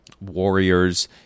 warriors